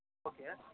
okay